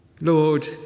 Lord